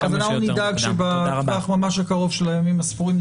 אז אנחנו נדאג שבטווח הממש קרוב של הימים הספורים,